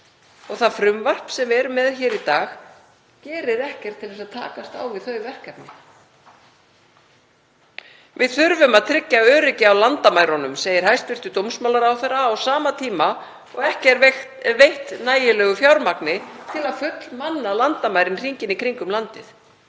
Það frumvarp sem við erum með hér í dag gerir ekkert til að takast á við það verkefni. Við þurfum að tryggja öryggi á landamærunum, segir hæstv. dómsmálaráðherra á sama tíma og ekki er veitt nægilegu fjármagni til að fullmanna landamærin hringinn í kringum landið.